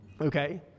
okay